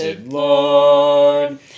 Lord